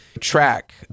track